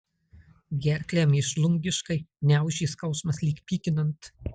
gerklę mėšlungiškai gniaužė skausmas lyg pykinant